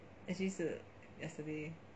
actually 是 yesterday